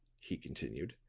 he continued,